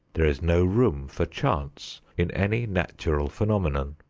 there is no room for chance in any natural phenomenon.